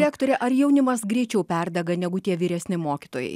direktore ar jaunimas greičiau perdega negu tie vyresni mokytojai